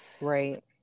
Right